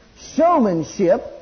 Showmanship